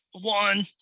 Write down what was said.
one